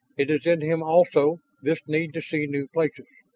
it is in him also, this need to see new places.